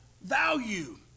value